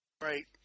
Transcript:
Right